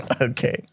Okay